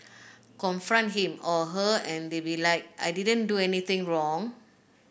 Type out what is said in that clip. confront him or her and they be like I didn't do anything wrong